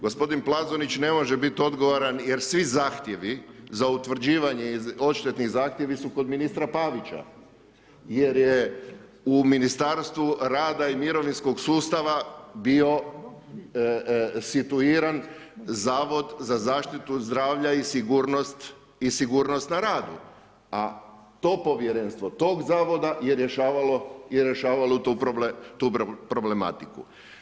Gospodin Plazonić ne može biti odgovoran jer svi zahtjevi za utvrđivanje i odštetni zahtjevi su kod ministra Pavića jer je u Ministarstvu rada i mirovinskog sustava bio situiran Zavod za zaštitu zdravlja i sigurnost na radu, a to Povjerenstvo, toga Zavoda je rješavalo tu problematiku.